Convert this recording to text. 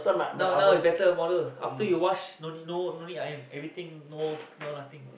now now is better model after you wash no need no no need iron everything no no nothing